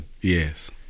Yes